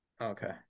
Okay